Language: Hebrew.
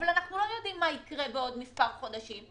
אבל אנחנו לא יודעים מה יקרה בעוד מספר חודשים.